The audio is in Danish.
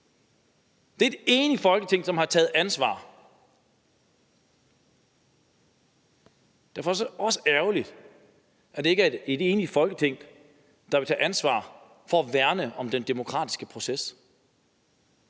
Det er et enigt Folketing, som har taget ansvar. Derfor er det også ærgerligt, at det ikke er et enigt Folketing, der vil tage ansvar for at værne om den demokratiske proces,